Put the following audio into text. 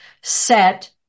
set